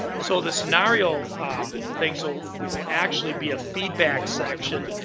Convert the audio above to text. so, the scenario things so will actually be a feedback section.